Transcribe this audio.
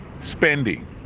spending